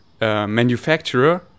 manufacturer